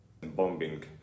Bombing